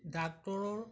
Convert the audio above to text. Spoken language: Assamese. ডাক্তৰৰ